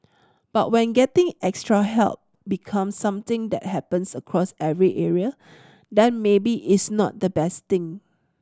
but when getting extra help becomes something that happens across every area then maybe it's not the best thing